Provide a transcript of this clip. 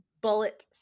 bullet